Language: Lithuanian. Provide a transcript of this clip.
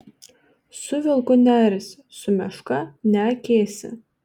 su vilku nearsi su meška neakėsi